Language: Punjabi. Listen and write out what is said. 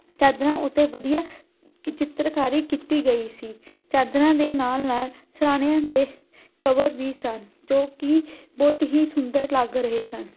ਚਾਂਦਰਾਂ ਉੱਤੇ ਵਧੀਆ ਚਿੱਤਰਕਾਰੀ ਕੀਤੀ ਗਈ ਸੀ ਚਾਦਰਾਂ ਦੇ ਨਾਲ ਨਾਲ ਸਿਰਾਣਿਆਂ ਦੇ ਕਬਰ ਵੀ ਸਨ ਜੋ ਕਿ ਬਹੁਤ ਹੀ ਸੁੰਦਰ ਲੱਗ ਰਹੇ ਸਨ